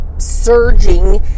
surging